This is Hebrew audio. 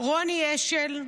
רוני אשל,